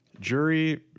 Jury